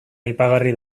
aipagarri